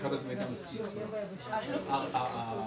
אני לא יכול להתעלם ממה שאמרת כרגע,